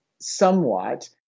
somewhat